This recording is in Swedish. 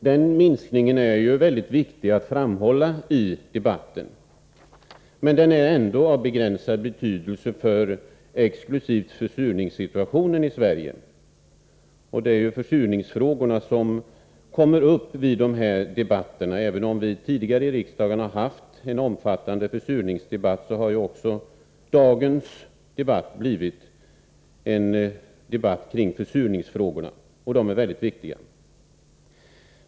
Den minskningen är viktig att framhålla i debatten, men den är ändå av begränsad betydelse för just försurningssituationen i Sverige. Det är ju försurningsfrågorna som kommer upp i dessa debatter. Även om vi tidigare i riksdagen haft en omfattande försurningsdebatt har ju också dagens debatt blivit en debatt kring försurningsfrågorna, som är mycket viktiga.